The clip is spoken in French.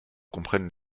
comprennent